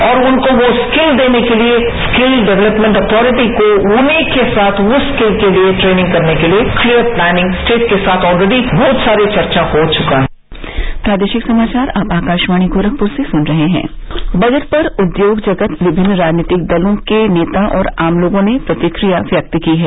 और उनको वो स्क्रति देने के लिए स्क्रिल डेवलेपमेंट अथॉरटी को उन्हीं के साथ उस स्क्रिल के लिए ट्रेनिंग करने के लिए क्लीयर प्लैनिंग स्टेट के साथ ऑलरेजी बहुत सारी वर्चा हो चुका है दिल्ली समाचार बजट पर उद्योग जगत विमिन्न राजनीतिक दलों के नेता और आम लोगों ने प्रतिक्रिया व्यक्त की है